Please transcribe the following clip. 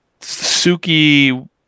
Suki